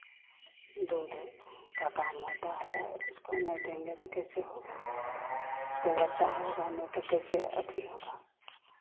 दूध का काम होता है उसको नहीं देंगे तो कैसे होगा उसको बच्चा होगा नहीं तो कैसे अथि होगा